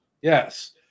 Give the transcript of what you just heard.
Yes